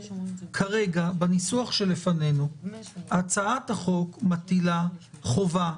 כרגע בניסוח שלפנינו הצעת החוק מטילה חובה